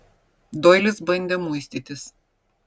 doilis bandė muistytis